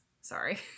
Sorry